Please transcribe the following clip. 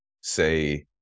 say